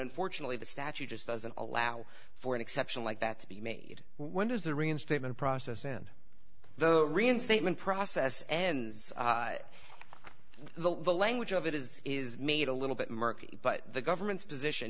unfortunately the statute just doesn't allow for an exception like that to be made when does the reinstatement process in the reinstatement process ends the language of it is is made a little bit murky but the government's position